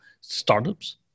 startups